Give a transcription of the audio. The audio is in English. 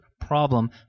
problem